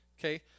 Okay